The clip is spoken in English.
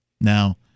Now